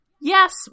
Yes